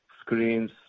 screens